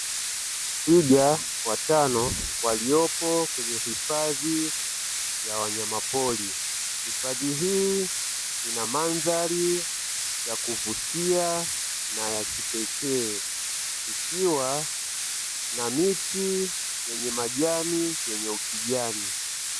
Twiga watano waliopo kwenye hifadhi ya wanyama pori, hifadhi hii ina mandhari ya kuvutia na ya kipekee ikiwa na miti yenye majani yenye ukijani.